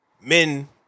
men